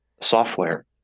software